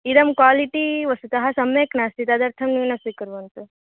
इदं क्वालिटी वस्तुतः सम्यक् नास्ति तदर्थं न्यूनं स्वीकुर्वन्तु